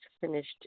finished